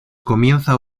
comienza